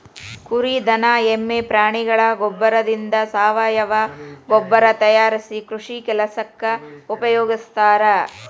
ಕುರಿ ದನ ಎಮ್ಮೆ ಪ್ರಾಣಿಗಳ ಗೋಬ್ಬರದಿಂದ ಸಾವಯವ ಗೊಬ್ಬರ ತಯಾರಿಸಿ ಕೃಷಿ ಕೆಲಸಕ್ಕ ಉಪಯೋಗಸ್ತಾರ